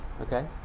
okay